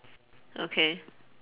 okay